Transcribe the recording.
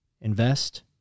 Invest